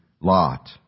Lot